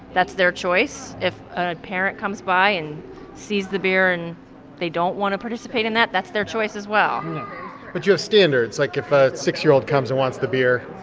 that's their choice. if a parent comes by and sees the beer and they don't want to participate in that, that's their choice as well but you have standards. like, if a six year old comes and wants the beer.